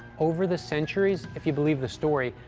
over the centuries, if you believe the story,